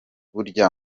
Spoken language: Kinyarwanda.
burya